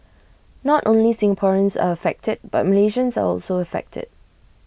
not only Singaporeans are affected but Malaysians are also affected